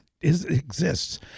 exists